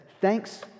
thanks